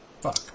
Fuck